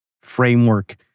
framework